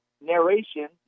narration